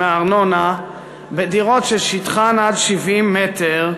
מהארנונה בדירות ששטחן עד 70 מ"ר,